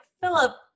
Philip